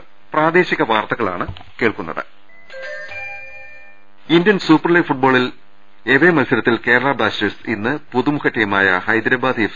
രദ്ദേഷ്ടങ Indian Super League ഫുട്ബോളിൽ away മത്സരത്തിൽ കേരള ബ്ലാസ്റ്റേഴ്സ് ഇന്ന് പുതുമുഖ ടീമായ ഹൈദരാബാദ് എഫ്